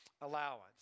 allowance